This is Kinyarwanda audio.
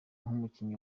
nk’umukinnyi